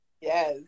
Yes